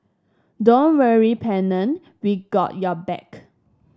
don't worry Pennant we got your back